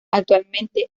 actualmente